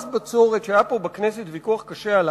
מס הבצורת, בכנסת היה ויכוח קשה עליו,